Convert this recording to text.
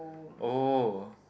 oh